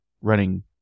running